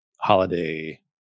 holiday